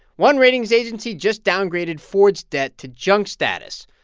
one ratings agency just downgraded ford's debt to junk status.